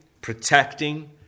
protecting